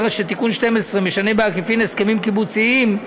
שתיקון 12 משנה בעקיפין הסכמים קיבוציים,